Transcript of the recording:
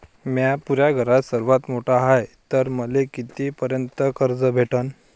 म्या पुऱ्या घरात सर्वांत मोठा हाय तर मले किती पर्यंत कर्ज भेटन?